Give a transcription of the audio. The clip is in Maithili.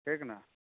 ठीक ने